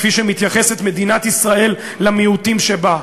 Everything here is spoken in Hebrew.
כפי שמתייחסת מדינת ישראל למיעוטים שבה,